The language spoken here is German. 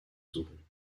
suchen